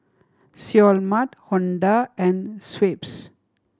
Seoul Mart Honda and Schweppes